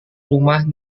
rumah